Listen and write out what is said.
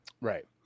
Right